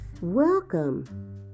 Welcome